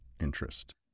interest